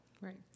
Right